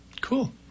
Cool